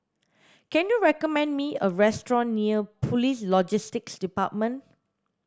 can you recommend me a restaurant near Police Logistics Department